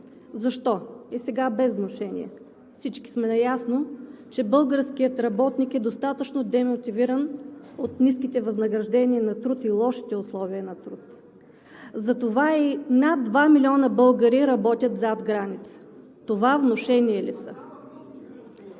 Защо? И сега без внушения – всички сме наясно, че българският работник е достатъчно демотивиран от ниските възнаграждения и лошите условия на труд. Затова и над два милиона българи работят зад граница. Това внушения ли са?